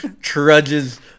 trudges